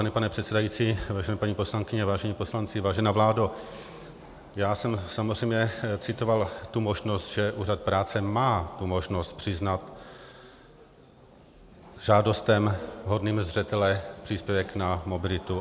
Vážený pane předsedající, vážené paní poslankyně, vážení páni poslanci, vážená vládo, já jsem samozřejmě citoval tu možnost, že úřad práce má možnost přiznat žádostem hodným zřetele příspěvek na mobilitu.